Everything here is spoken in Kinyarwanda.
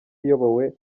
iyobowe